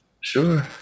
sure